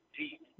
deep